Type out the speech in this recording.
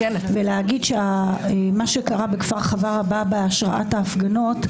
בלומר שמה שקרה בכפר חווארה בא בהשראת הפגנות.